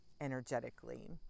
energetically